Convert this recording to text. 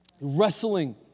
Wrestling